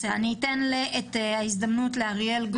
אתן את ההזדמנות לאריאל.